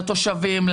לתושבים,